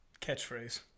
Catchphrase